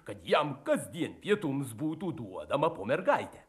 kad jam kasdien pietums būtų duodama po mergaitę